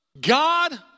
God